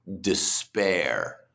despair